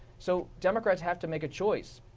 so democrats have to make a choice.